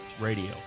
Radio